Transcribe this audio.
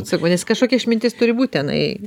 sakau nes kažkokia išmintis turi būt tenai